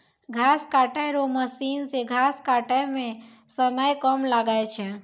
घास काटै रो मशीन से घास काटै मे समय कम लागै छै